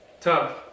tough